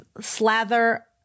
slather